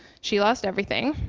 she lost everything,